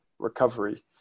recovery